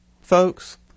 folks